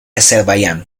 azerbaiyán